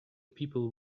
people